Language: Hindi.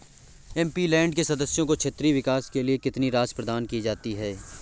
एम.पी.लैंड के सदस्यों को क्षेत्रीय विकास के लिए कितनी राशि प्रदान की जाती है?